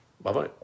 Bye-bye